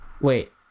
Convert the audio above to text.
wait